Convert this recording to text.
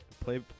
Play